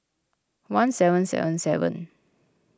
one seven seven seven